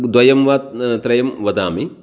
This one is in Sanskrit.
द्वे वा त्रयं वदामि